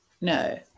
No